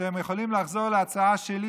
אתם יכולים לחזור להצעה שלי,